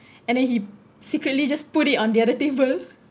and then he secretly just put it on the other table